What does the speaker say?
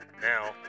Now